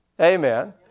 Amen